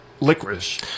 Licorice